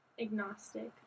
agnostic